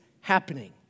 happening